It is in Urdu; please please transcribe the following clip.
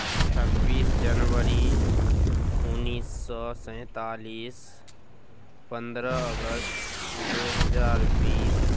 چھبیس جنوری انیس سو سینتالیس پندرہ اگست دو ہزار بیس